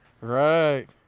Right